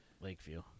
Lakeview